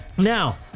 now